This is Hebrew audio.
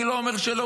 אני לא אומר שלא,